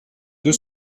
deux